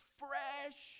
fresh